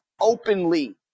openly